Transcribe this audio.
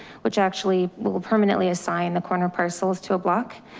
which actually will permanently assign the corner parcels to a block.